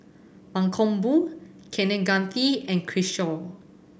Mankombu Kaneganti and Kishore